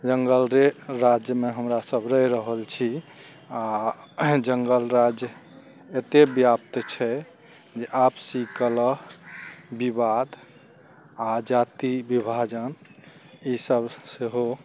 जङ्गलरे राज्यमे हमरा सब रहि रहल छी आओर जङ्गल राज्य एते व्याप्त छै जे आपसी कलह विवाद आओर जाति विभाजन ई सब सेहो